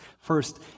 First